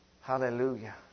Hallelujah